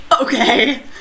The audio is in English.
Okay